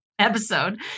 episode